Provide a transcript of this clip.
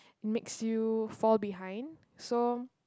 makes you fall behind so